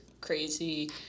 crazy